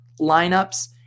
lineups